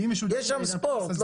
יש שם ספורט.